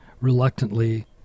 reluctantly